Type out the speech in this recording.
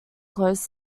closed